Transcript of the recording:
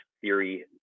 theory